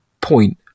point